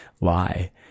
lie